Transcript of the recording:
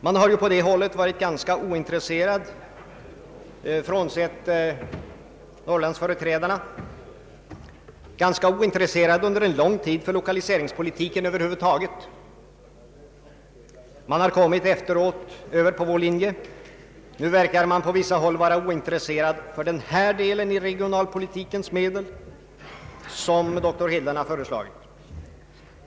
Man har från det hållet — frånsett Norrlandsföreträdarna — under en ganska lång tid varit ointresserad av lokaliseringspolitiken över huvud taget. Nu förefaller man på vissa håll vara ointresserad för den del av regionalpolitikens medel som doktor Hedlund här föreslagit.